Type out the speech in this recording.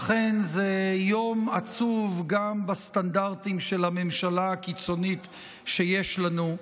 אכן זה יום עצוב גם בסטנדרטים של הממשלה הקיצונית שיש לנו,